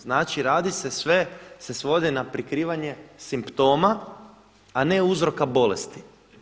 Znači sve se svodi na prikrivanje simptoma, a ne uzroka bolesti.